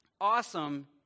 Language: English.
awesome